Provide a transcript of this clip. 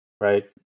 Right